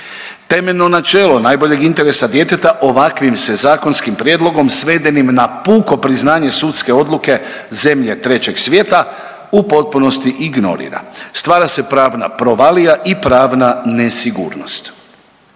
Temeljno načelo najboljeg interesa djeteta ovakvim se zakonskim prijedlogom svedenim na puko priznavanje sudske odluke zemlje Trećeg svijeta u potpunosti ignorira. Stvara se pravna provalija i pravna nesigurnost.